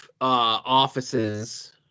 offices